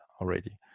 already